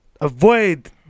avoid